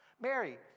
Mary